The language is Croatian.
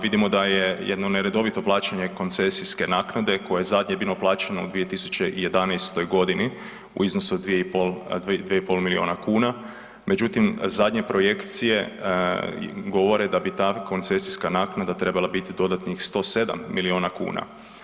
Vidimo da je jedno neredovito plaćanje koncesijske naknade koje je zadnje bilo plaćeno u 2011. godini u iznosu od 2,5 milijuna kuna, međutim zadnje projekcije govore da bi ta koncesijska naknada trebala biti dodatnih 107 milijuna kuna.